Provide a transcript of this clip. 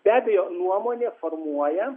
be abejo nuomonė formuoja